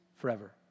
forever